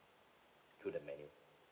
through the menu